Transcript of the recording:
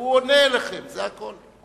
והוא עונה לכם, זה הכול.